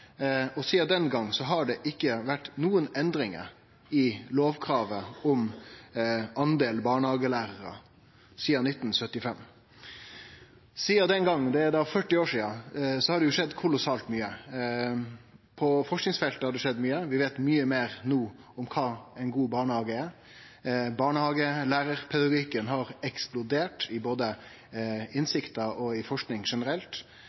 Stortinget. Sidan den gongen har det ikkje vore nokon endringar i lovkravet om delen barnehagelærarar. Sidan den gongen – det er 40 år sidan – har det skjedd kolossalt mykje. På forskingsfeltet har det skjedd mykje. Vi veit meir no om kva ein god barnehage er. Barnehagepedagogikken har eksplodert i både innsikt og i forsking generelt.